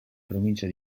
provincia